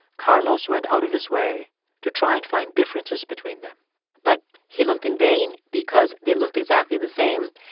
carlos went out of his way to try and find differences between them but he looked in vain because they looked exactly the same.